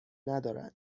ندارد